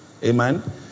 Amen